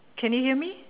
can you hear me